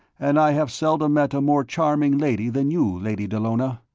and i have seldom met a more charming lady than you, lady dallona.